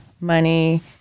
money